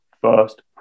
first